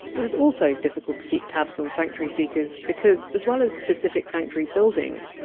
it was also difficult to keep tabs on sanctuary-seekers because as well as specific sanctuary buildings,